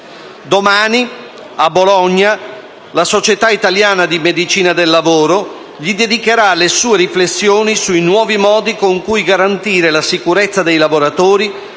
Domani, a Bologna, la Società italiana di medicina del lavoro gli dedicherà le sue riflessioni sui nuovi modi con cui garantire la sicurezza dei lavoratori